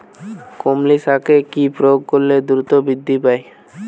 কলমি শাকে কি প্রয়োগ করলে দ্রুত বৃদ্ধি পায়?